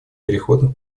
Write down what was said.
переходных